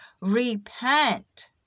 Repent